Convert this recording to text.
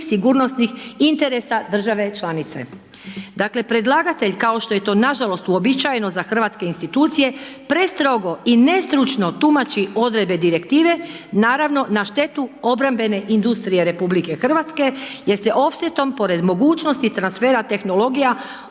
sigurnosnih interesa države članice.“ Dakle, predlagatelj kao što je to nažalost uobičajeno za hrvatske institucije prestrogo i nestručno tumači odredbe Direktive, naravno na štetu obrambene industrije RH, jer se ofsetom pored mogućnosti transfera tehnologija